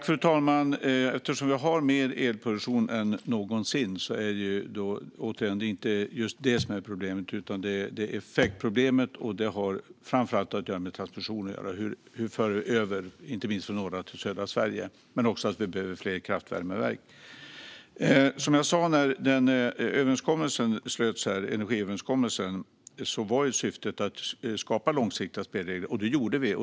Fru talman! Eftersom vi har mer elproduktion än någonsin är det inte just det som är problemet, utan det är ett effektproblem. Det har framför allt med transmission att göra: Hur för vi över el, inte minst från norra Sverige till södra Sverige? Men vi behöver också fler kraftvärmeverk. När energiöverenskommelsen slöts var syftet att skapa långsiktiga spelregler, och det gjorde vi.